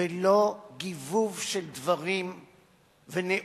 ולא גיבוב של דברים ונאומים